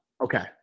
Okay